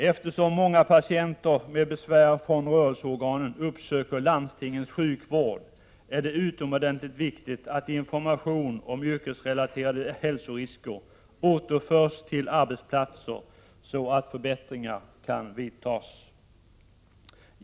Eftersom många patienter med besvär från rörelseorganen uppsöker landstingens sjukvård är det utomordentligt viktigt att information om yrkesrelaterade hälsorisker återförs till arbetsplatsen, så att förbättringar kan vidtas.